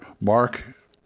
Mark